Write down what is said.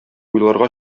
уйларга